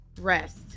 rest